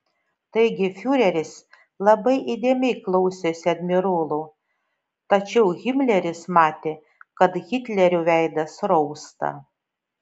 taigi fiureris labai įdėmiai klausėsi admirolo tačiau himleris matė kad hitlerio veidas rausta